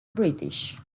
british